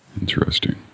Interesting